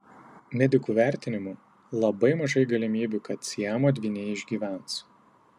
medikų vertinimu labai mažai galimybių kad siamo dvyniai išgyvens